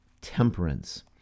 temperance